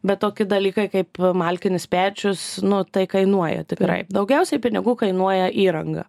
bet toki dalykai kaip malkinis pečius nu tai kainuoja tikrai daugiausiai pinigų kainuoja įranga